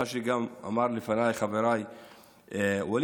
אמר לפניי גם חברי ואליד